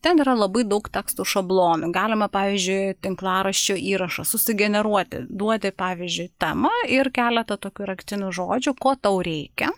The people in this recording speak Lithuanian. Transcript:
ten yra labai daug tekstų šablonų galima pavyzdžiui tinklaraščio įrašą sugeneruoti duoti pavyzdžiui temą ir keletą tokių raktinių žodžių ko tau reikia